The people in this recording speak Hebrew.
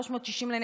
לנתיבות,